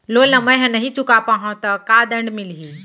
Loan ला मैं नही चुका पाहव त का दण्ड मिलही?